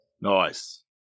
Nice